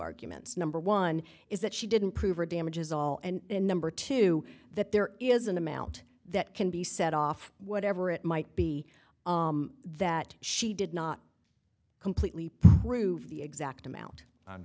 arguments number one is that she didn't prove or damages all and number two that there is an amount that can be set off whatever it might be that she did not completely prove the exact amount